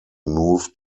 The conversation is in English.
moved